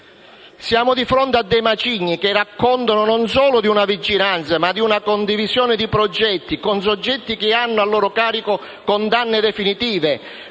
Siamo di fronte a dei macigni, che raccontano non solo di una vicinanza ma di una condivisione di progetti con soggetti che hanno a loro carico condanne definitive,